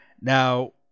Now